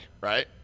right